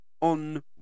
on